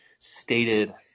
Stated